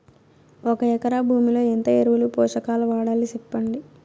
ఒక ఎకరా భూమిలో ఎంత ఎరువులు, పోషకాలు వాడాలి సెప్పండి?